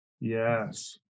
Yes